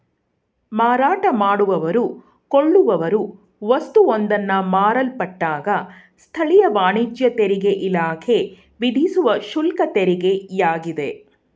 ಮಾರಾಟ ಮಾಡುವವ್ರು ಕೊಳ್ಳುವವ್ರು ವಸ್ತುವೊಂದನ್ನ ಮಾರಲ್ಪಟ್ಟಾಗ ಸ್ಥಳೀಯ ವಾಣಿಜ್ಯ ತೆರಿಗೆಇಲಾಖೆ ವಿಧಿಸುವ ಶುಲ್ಕತೆರಿಗೆಯಾಗಿದೆ